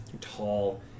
tall